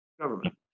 Government